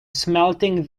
smelting